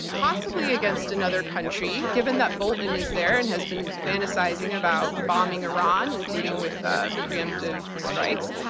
possibly against another country, given that bolton is there and has been fantasizing about bombing iran, including with ah preemptive strikes.